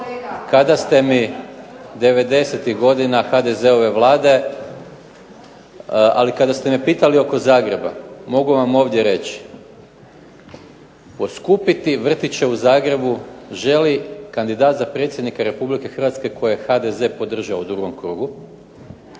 vlade '90.-ih godina. Ali kada ste me pitali oko Zagreba mogu vam ovdje reći, poskupiti vrtiće u Zagrebu želi kandidat za predsjednika Republike Hrvatske koji je HDZ podržao u drugom krugu,